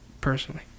personally